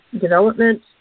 development